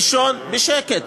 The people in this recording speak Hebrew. לישון בשקט.